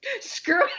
screw